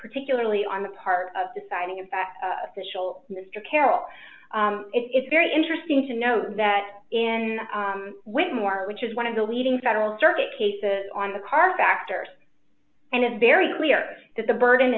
particularly on the part of deciding in fact official mr carroll it's very interesting to note that in whitmore which is one of the leading federal circuit cases on the car factor and it's very clear that the burden